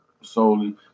solely